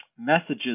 messages